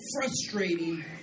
frustrating